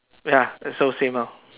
ya also same lor